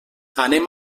anem